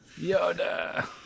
Yoda